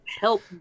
help